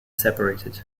separated